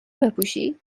بپوشی